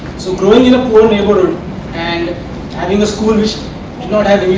so growing in a poor neighbourhood and having a school which did not have